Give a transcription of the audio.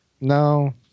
No